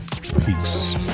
Peace